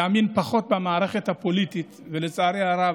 יאמין פחות במערכת הפוליטית, ולצערי הרב,